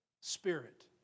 spirit